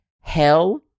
hell